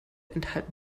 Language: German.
enthalten